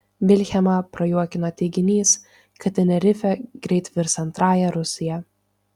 vilhelmą prajuokino teiginys kad tenerifė greit virs antrąja rusija